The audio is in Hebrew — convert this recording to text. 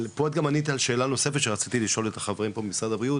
אבל פה את ענית על שאלה נוספת שרציתי לשאול את החברים ממשרד הבריאות,